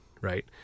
right